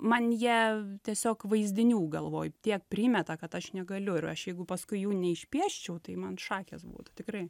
man jie tiesiog vaizdinių galvoj tiek primeta kad aš negaliu ir aš jeigu paskui jų neišpieščiau tai man šakės būtų tikrai